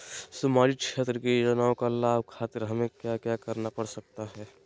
सामाजिक क्षेत्र की योजनाओं का लाभ खातिर हमें क्या क्या करना पड़ सकता है?